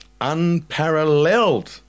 Unparalleled